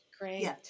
Great